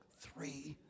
three